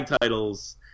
titles